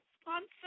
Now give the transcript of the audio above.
sponsor